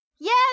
Yes